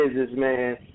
businessman